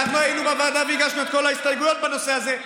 אנחנו היינו בוועדה והגשנו את כל ההסתייגויות בנושא הזה,